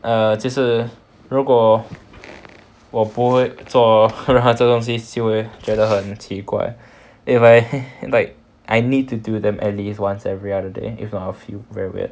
err 就是如果我不做任何这个东西就会觉得很奇怪 if I like I need to do them at least once every other day if not I'll feel very weird